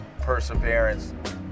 perseverance